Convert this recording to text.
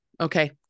Okay